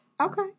okay